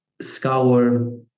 scour